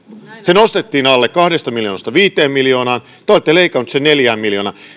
se nostettiin alle kahdesta miljoonasta viiteen miljoonaan ja te olette leikanneet sen neljään miljoonaan